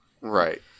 right